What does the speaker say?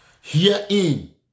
Herein